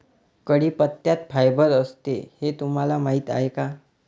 कढीपत्त्यात फायबर असते हे तुम्हाला माहीत आहे का?